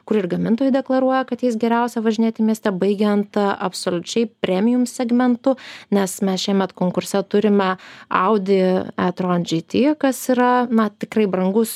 kur ir gamintojai deklaruoja kad jais geriausia važinėti mieste baigiant absoliučiai premijum segmentu nes mes šiemet konkurse turime audi e tron džyty kas yra na tikrai brangus